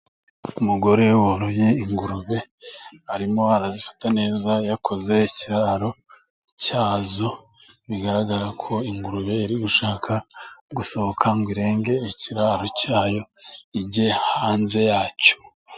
Umugore woroye ingurube arimo arazifata neza. Yakoze ikiraro cyazo. Bigaragara ko ingurube iri gushaka gusohoka ngo irenge ikiraro cyayo, ijye hanze yacyo.